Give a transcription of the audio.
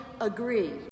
agree